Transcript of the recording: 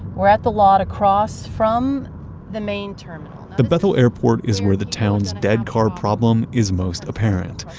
we're at the lot across from the main terminal, the bethel airport is where the town's dead car problem is most apparent.